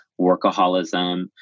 workaholism